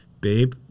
babe